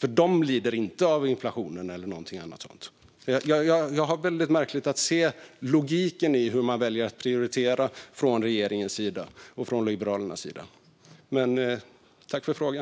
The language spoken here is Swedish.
de lider ju inte av inflationen eller något sådant. Det är märkligt. Jag har svårt att se logiken i hur regeringen och Liberalerna väljer att prioritera. Men jag tackar för frågan.